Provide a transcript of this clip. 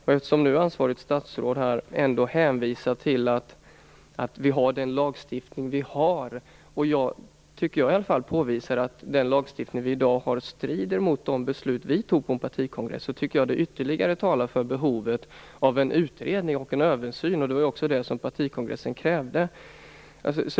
Det ansvariga statsrådet hänvisar till att vi har den lagstiftning vi har. Jag tycker att jag har påvisat att den lagstiftning vi har i dag strider mot de beslut vi fattade på en partikongress. Det talar ytterligare för behovet av en utredning och översyn. Det var också det som partikongressen krävde.